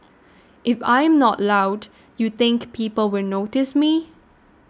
if I am not loud you think people will notice me